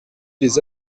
lès